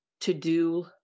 to-do